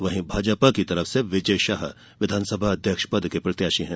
वहीं भाजपा की ओर विजय शाह विधानसभा अध्यक्ष पद के प्रत्याशी है